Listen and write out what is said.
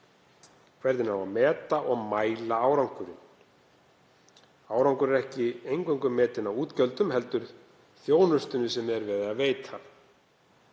eigi að meta og mæla árangurinn. Árangur er ekki eingöngu metinn af útgjöldum heldur þjónustunni sem er verið að veita.